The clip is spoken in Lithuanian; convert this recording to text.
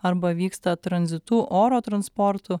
arba vyksta tranzitu oro transportu